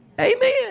Amen